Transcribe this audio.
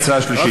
הצעה שלישית.